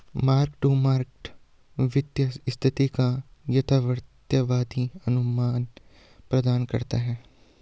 mark to market वित्तीय स्थिति का यथार्थवादी अनुमान प्रदान करता है